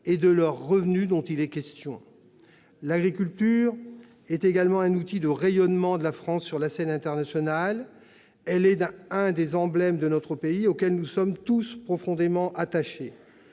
et des revenus de nos agriculteurs. L'agriculture est également un outil de rayonnement de la France sur la scène internationale. Elle est l'un des emblèmes de notre pays, auquel nous sommes tous profondément attachés.